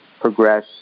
progress